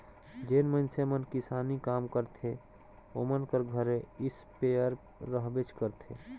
जेन मइनसे मन किसानी काम करथे ओमन कर घरे इस्पेयर रहबेच करथे